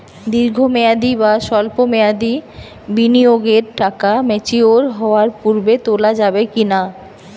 দীর্ঘ মেয়াদি বা সল্প মেয়াদি বিনিয়োগের টাকা ম্যাচিওর হওয়ার পূর্বে তোলা যাবে কি না?